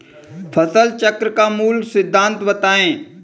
फसल चक्र का मूल सिद्धांत बताएँ?